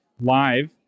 live